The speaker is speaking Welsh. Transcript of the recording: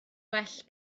well